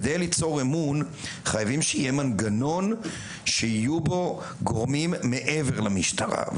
כדי ליצור אמון חייבים שיהיה מנגנון שיהיו בו גורמים מעבר למשטרה.